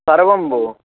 सर्वं भो